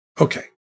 Okay